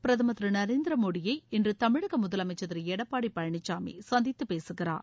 பிரதமர் திரு நரேந்திர மோடியை இன்று தமிழக முதலமைச்சர் திரு எடப்பாடி பழனிசாமி சந்தித்துப் பேககிறார்